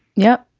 yeah,